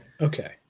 Okay